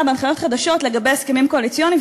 בהנחיות חדשות לגבי הסכמים קואליציוניים,